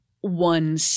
one